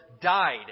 died